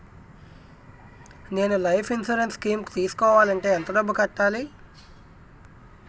నేను life insurance scheme తీసుకోవాలంటే ఎంత డబ్బు కట్టాలి?